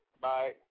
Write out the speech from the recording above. Bye